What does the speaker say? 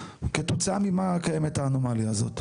כתוצאה ממה קיימת האנומליה הזאת.